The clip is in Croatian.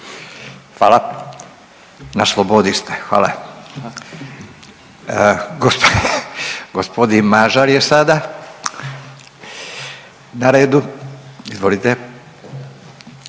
Hvala, na slobodi ste, hvala. Gospodin Mažar je sada na redu, izvolite.